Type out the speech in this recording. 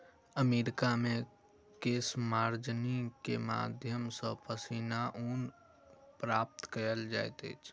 America मे केशमार्जनी के माध्यम सॅ पश्मीना ऊन प्राप्त कयल जाइत अछि